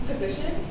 position